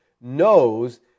knows